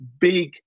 big